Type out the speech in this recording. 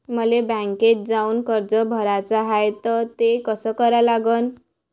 मले बँकेत जाऊन कर्ज भराच हाय त ते कस करा लागन?